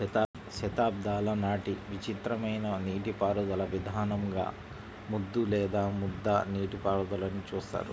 శతాబ్దాల నాటి విచిత్రమైన నీటిపారుదల విధానంగా ముద్దు లేదా ముద్ద నీటిపారుదలని చూస్తారు